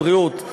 הבריאות,